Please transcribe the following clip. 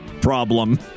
problem